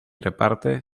reparte